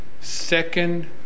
Second